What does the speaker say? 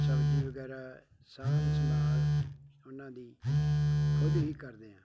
ਸਬਜ਼ੀ ਵਗੈਰਾ ਸਾਂਭ ਸੰਭਾਲ ਉਹਨਾਂ ਦੀ ਖੁਦ ਹੀ ਕਰਦੇ ਹਾਂ